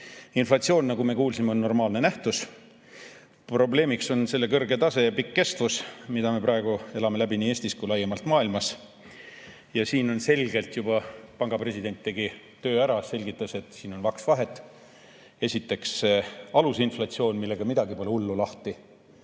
Inflatsioon, nagu me kuulsime, on normaalne nähtus. Probleemiks on selle kõrge tase ja pikk kestus, mida me praegu elame läbi nii Eestis kui laiemalt maailmas. Ja täna juba panga president tegi töö ära, kui selgitas, et siin on vaks vahet. Esiteks, alusinflatsioon, millega midagi pole hullu lahti.